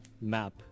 map